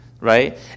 right